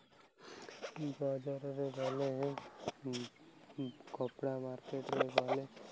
ଆମର ସଂସ୍କୃତି ଅନୁଯାୟୀ ଯେପରି ଆମ ଅଞ୍ଚଳରେ ଗୋଟେ ମାଠେ ପର୍ବ ଆସିଥାଏ ସେହି ସମୟରେ ଲୋକଙ୍କର